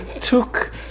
took